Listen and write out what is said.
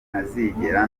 ntazigera